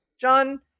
John